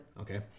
okay